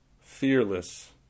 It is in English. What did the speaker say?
fearless